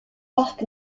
parc